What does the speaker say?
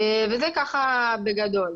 זה ככה בגדול.